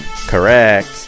Correct